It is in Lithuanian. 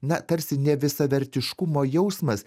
na tarsi nevisavertiškumo jausmas